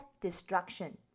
destruction